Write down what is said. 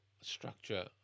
structure